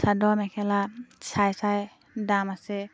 চাদৰ মেখেলা চাই চাই দাম আছে